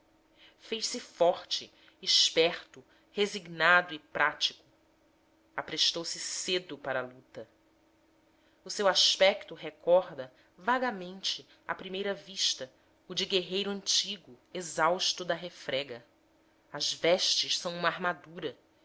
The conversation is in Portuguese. fez-se forte esperto resignado e prático aprestou se cedo para a luta o seu aspecto recorda vagamente à primeira vista o de guerreiro antigo exausto da refrega as vestes são uma armadura